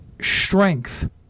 strength